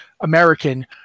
American